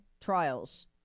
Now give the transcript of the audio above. trials